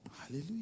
Hallelujah